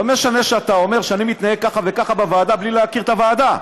לא משנה שאתה אומר שאני מתנהג ככה וככה בוועדה בלי להכיר את הוועדה.